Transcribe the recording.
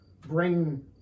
bring